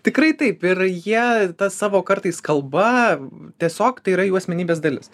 tikrai taip ir jie savo kartais kalba tiesiog tai yra jų asmenybės dalis